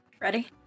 Ready